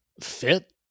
fit